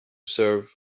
serve